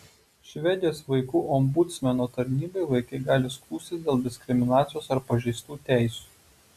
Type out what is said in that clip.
švedijos vaikų ombudsmeno tarnybai vaikai gali skųstis dėl diskriminacijos ar pažeistų teisių